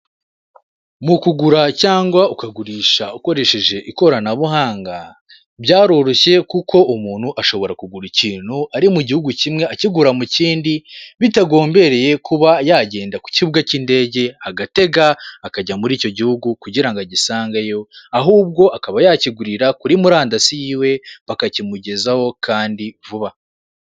Mu kugura cyangwa ukagurisha ukoresheje ikoranabuhanga byaroroshye kuko umuntu ashobora kugura ikintu ari mu gihugu kimwe akigura mu kindi, bitagombereye kuba yagenda ku kibuga cy'indege agatega akajya muri icyo gihugu kugira ngo agisangeyo, ahubwo akaba yakigurira kuri murandasi yiwe, bakakimugezaho kandi vuba.